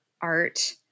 art